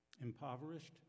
Impoverished